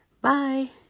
bye